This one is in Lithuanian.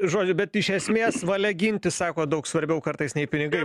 žodį bet iš esmės valia gintis sako daug svarbiau kartais nei pinigai